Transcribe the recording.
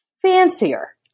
fancier